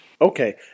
Okay